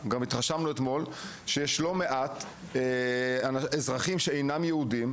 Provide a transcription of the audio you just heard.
גם התרשמנו אתמול מכך שיש לא מעט אזרחים שאינם יהודים,